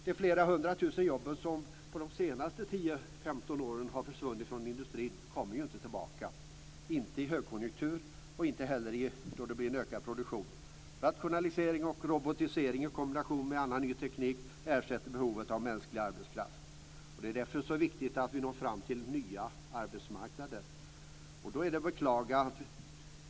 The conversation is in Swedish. De flera hundratusen jobb som på de senaste 10 15 åren försvunnit från industrin kommer inte tillbaka, inte i högkonjunktur och inte heller i en ökad produktion. Rationalisering och robotisering i kombination med annan typ av teknik ersätter behovet av mänsklig arbetskraft. Och det är därför så viktigt att ni når fram till nya arbetsmarknader.